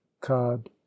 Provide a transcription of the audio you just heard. cod